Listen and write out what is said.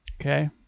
okay